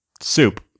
soup